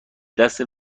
دست